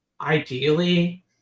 ideally